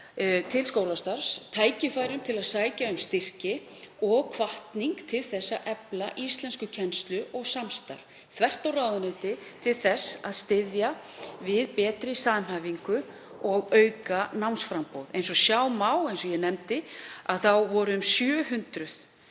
til skólastarfs. Hér eru tækifæri til að sækja um styrki og hvatning til að efla íslenskukennslu og samstarf þvert á ráðuneyti til þess að styðja við betri samhæfingu og auka námsframboð. Eins og sjá má, eins og ég nefndi, voru um 700